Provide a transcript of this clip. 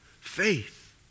Faith